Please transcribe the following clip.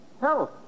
health